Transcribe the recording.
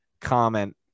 comment